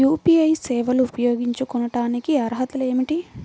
UPI సేవలు ఉపయోగించుకోటానికి అర్హతలు ఏమిటీ?